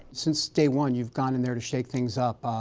since day one, you gone in there to shake things up.